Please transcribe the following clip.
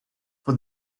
for